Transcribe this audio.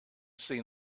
seen